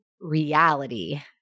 reality